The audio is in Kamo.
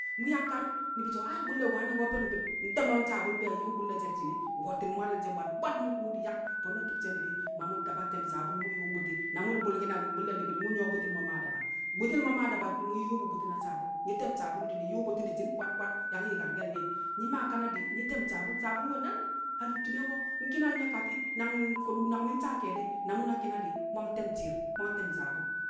Mu̱ yang kar, ni̱bi̱ so̱ ai, bu̱lle̱ wani̱ ko̱ fi̱ri̱ng fi̱ri̱ng, nte̱mo̱ nsabul be̱e̱ nyu̱u̱ bu̱lle̱ shẹ di̱shi̱n e̱, wu̱wo̱ti̱n mware̱l she̱ bwad bwad. Mu̱ kuwo di̱ yang, fo̱no̱ ti̱bshẹ ni̱bi̱ ma mu̱ taba te̱m sabul mu̱ yu̱u̱m bu̱ti̱. Na mu̱ di̱ bu̱lki̱n a bu̱lle̱ ni̱bi̱ di̱ mu̱ nyu̱wo̱ bu̱lle̱ mo̱ maa daba, bu̱ti̱l mo̱ maa daba mu̱ nƴu̱u̱ bu̱ bu̱ti̱l mo̱ na sabu̱l. Nyi̱ te̱m sabul di̱ nyi̱ yu̱u̱ bu̱ti̱ di̱shi̱n bwad bwad yang yi̱karke̱l nye̱. Nyi̱ maa kanadi̱ nyi̱ te̱m sabul, sabul we̱ nanu̱m adur ti̱me̱ ko̱, nki̱nal nyẹ kati̱, nang ko̱du̱ nang mi̱ nsaa ke̱e̱di̱ e̱, na mu̱ na ki̱na di̱ mu̱ yang te̱m shi̱i̱r mu̱ yang te̱m sabul.